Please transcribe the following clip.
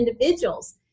individuals